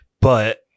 But-